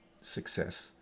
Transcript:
success